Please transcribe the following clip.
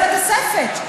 לא, תסתכל על זה בתוספת.